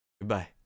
Goodbye